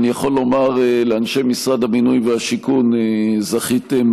ואני יכול לומר לאנשי משרד הבינוי והשיכון: זכיתם,